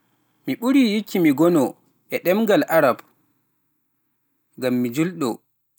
Mi ɓurii yikki mi ngonoo e ɗemngal Aarab ngam mi juulɗo.